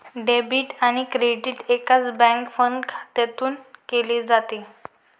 debit आणि credit एकाच bank fund खात्यात केले जाते